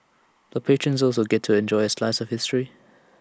the patrons also get to enjoy A slice of history